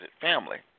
family